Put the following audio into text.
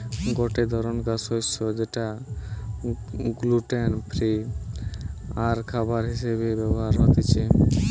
গটে ধরণকার শস্য যেটা গ্লুটেন ফ্রি আরখাবার হিসেবে ব্যবহার হতিছে